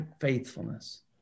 faithfulness